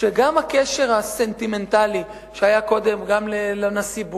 שגם הקשר הסנטימנטלי שהיה קודם גם לנשיא בוש,